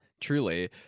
truly